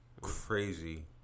Crazy